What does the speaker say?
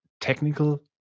technical